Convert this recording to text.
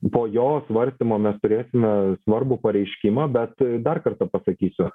po jo svarstymo mes turėsime svarbų pareiškimą bet dar kartą pasakysiu